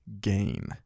gain